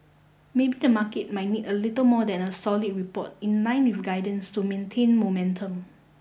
maybe the market might need a little more than a solid report in line with guidance to maintain momentum